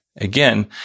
Again